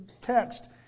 text